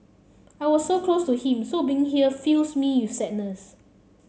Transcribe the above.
I was so close to him so being here fills me with sadness